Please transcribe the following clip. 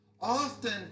often